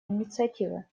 инициативы